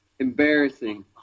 embarrassing